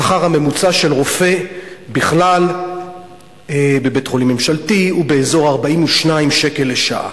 השכר הממוצע של רופא בכלל בבית-חולים ממשלתי הוא באזור 42 שקל לשעה.